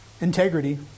integrity